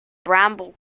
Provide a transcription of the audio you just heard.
bramble